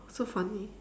so funny